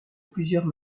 plusieurs